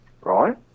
right